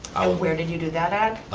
where did you do that at?